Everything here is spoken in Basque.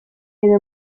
edo